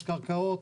יש קרקעות.